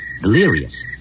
delirious